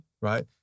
right